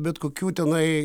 bet kokių tenai